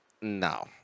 No